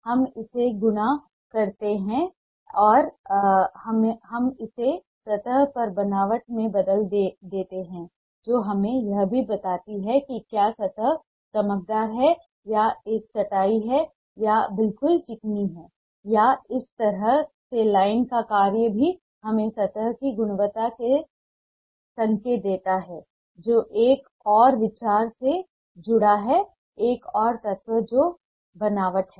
हम इसे गुणा करते हैं और हम इसे सतह की बनावट में बदल देते हैं जो हमें यह भी बताती है कि क्या सतह चमकदार है या यह चटाई है या यह बिल्कुल चिकनी है या इस तरह से लाइन का कार्य भी हमें सतह की गुणवत्ता का संकेत देता है जो एक और विचार से जुड़ा है एक और तत्व जो बनावट है